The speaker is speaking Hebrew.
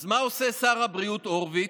אז מה עושה שר הבריאות הורוביץ?